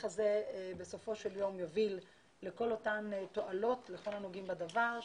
הזה בסופו של יום יוביל לכל אותן תועלות לכל הנוגעים בדבר,